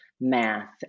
math